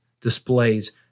displays